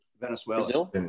Venezuela